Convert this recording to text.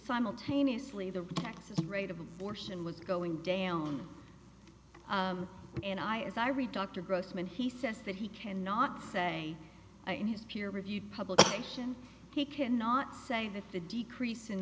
simultaneously the nexus rate of abortion was going down and i as i read dr grossman he says that he cannot say in his peer reviewed publication he cannot say that the decrease in